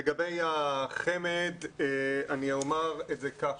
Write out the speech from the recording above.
לגבי החמ"ד אומר כך,